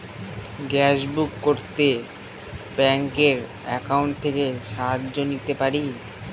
Gas book করতে ব্যাংকের account থেকে সাহায্য নিতে পারি?